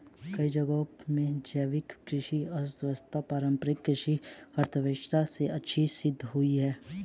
कई जगहों में जैविक कृषि अर्थव्यवस्था पारम्परिक कृषि अर्थव्यवस्था से अच्छी सिद्ध हुई है